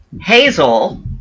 Hazel